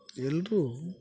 ಎಲ್ಲರೂ